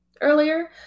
earlier